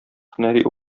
һөнәри